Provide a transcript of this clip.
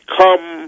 come